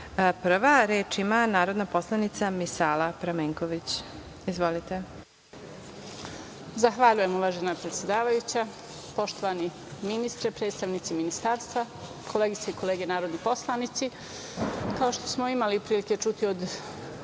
reč ima narodna poslanica Misala Pramenković. **Misala Pramenković** Zahvaljujem uvažena predsedavajuća. Poštovani ministre, predstavnici ministarstva, koleginice i kolege narodni poslanici, kao što smo imali prilike da